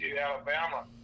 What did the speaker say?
Alabama